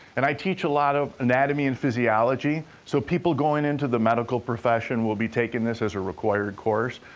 and i teach a lot of anatomy and physiology, so people going into the medical profession will be taking this as a required course.